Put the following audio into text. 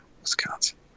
Wisconsin